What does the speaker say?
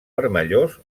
vermellós